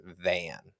van